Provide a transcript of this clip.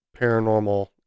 paranormal